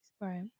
right